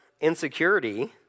insecurity